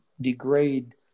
degrade